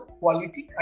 quality